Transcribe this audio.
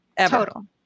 total